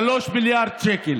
3 מיליארד שקל,